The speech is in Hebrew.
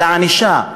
על הענישה,